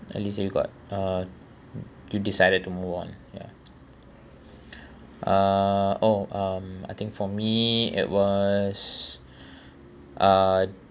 at least you got uh to decided to move on ya uh oh um I think for me it was uh